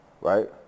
right